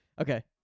Okay